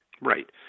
Right